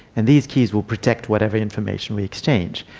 and these keys will protect whatever information we exchange.